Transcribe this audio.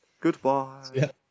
Goodbye